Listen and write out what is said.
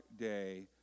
day